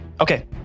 Okay